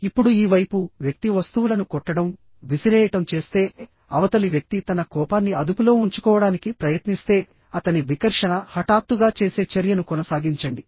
ఇప్పుడు ఈ వైపు వ్యక్తి వస్తువులను కొట్టడం విసిరేయడం చేస్తే అవతలి వ్యక్తి తన కోపాన్ని అదుపులో ఉంచుకోవడానికి ప్రయత్నిస్తే అతని వికర్షణ హఠాత్తుగా చేసే చర్యను కొనసాగించండి